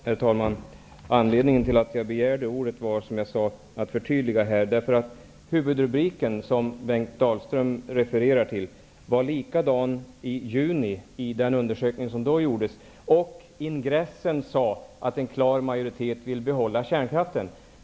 Herr talman! Anledningen till att jag begärde ordet var, som jag sade, att jag ville göra ett förtydligande. Huvudrubriken, som Bengt Dalström refererar till, var densamma i juni vid den opinionsundersökning som då gjordes. Ingressen visade att en klar majoritet ville behålla kärnkraften.